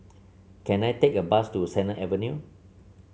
can I take a bus to Sennett Avenue